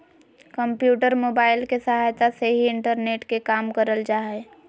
computer, mobile के सहायता से ही इंटरनेट के काम करल जा हय